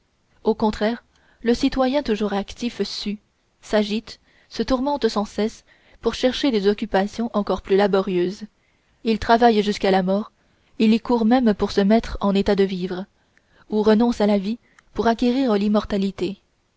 au contraire le citoyen toujours actif sue s'agite se tourmente sans cesse pour chercher des occupations encore plus laborieuses il travaille jusqu'à la mort il y court même pour se mettre en état de vivre ou renonce à la vie pour acquérir l'immortalité